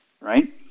right